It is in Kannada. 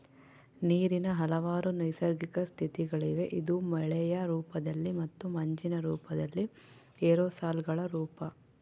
ನೀರಿನ ಹಲವಾರು ನೈಸರ್ಗಿಕ ಸ್ಥಿತಿಗಳಿವೆ ಇದು ಮಳೆಯ ರೂಪದಲ್ಲಿ ಮತ್ತು ಮಂಜಿನ ರೂಪದಲ್ಲಿ ಏರೋಸಾಲ್ಗಳ ರೂಪ